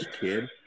kid